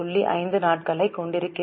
5 நாட்களைக் கொண்டிருக்கின்றன